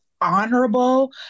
honorable